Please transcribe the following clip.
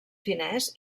finès